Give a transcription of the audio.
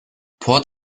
port